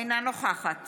אינה נוכחת